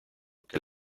que